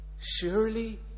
Surely